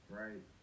right